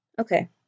Okay